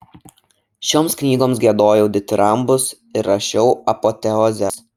šioms knygoms giedojau ditirambus ir rašiau apoteozes